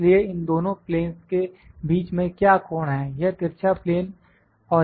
इसलिए इन दोनों प्लेनस् के बीच में क्या कोण है यह तिरछा प्लेन और यह x y प्लेन